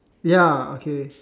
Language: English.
ya okay